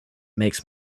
makes